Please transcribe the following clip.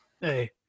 hey